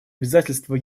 обязательства